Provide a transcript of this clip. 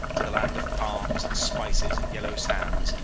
to the land of palms, and spices, and yellow sands,